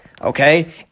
Okay